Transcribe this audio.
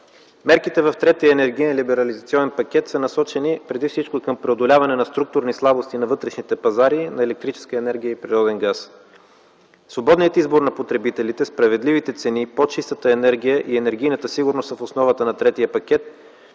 мерките в Третия енергиен либерализационен пакет са насочени преди всичко към преодоляване на структурни слабости на вътрешните пазари на електрическа енергия и природен газ. Свободният избор на потребителите, справедливите цени, по-чистата енергия и енергийната сигурност са в основата на третия пакет,